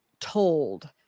told